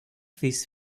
this